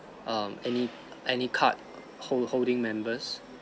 um any any card hold holding members